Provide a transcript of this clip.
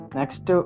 next